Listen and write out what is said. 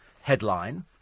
headline